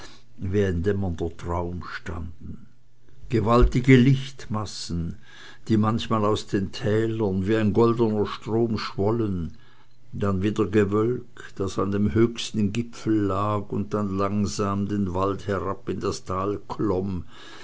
ein dämmernder traum standen gewaltige lichtmassen die manchmal aus den tälern wie ein goldner strom schwollen dann wieder gewölk das an dem höchsten gipfel lag und dann langsam den wald herab in das tal